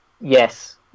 yes